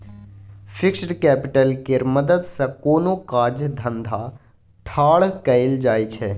fixed capital केर मदद सँ कोनो काज धंधा ठाढ़ कएल जाइ छै